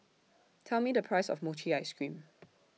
Tell Me The Price of Mochi Ice Cream